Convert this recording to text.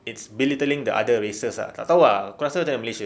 it's belittling the other races ah tak tahu ah aku rasa dari malaysia